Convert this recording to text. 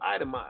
itemize